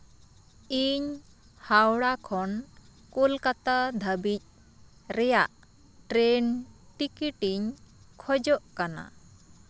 ᱤᱧ ᱦᱟᱣᱲᱟ ᱠᱷᱚᱱ ᱠᱳᱞᱠᱟᱛᱟ ᱫᱷᱟᱹᱵᱤᱡ ᱨᱮᱭᱟᱜ ᱴᱨᱮᱱ ᱴᱤᱠᱤᱴ ᱤᱧ ᱠᱷᱚᱡᱚᱜ ᱠᱟᱱᱟ